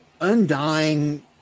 undying